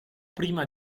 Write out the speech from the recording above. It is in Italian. prima